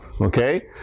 Okay